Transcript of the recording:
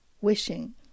wishing